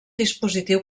dispositiu